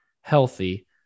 healthy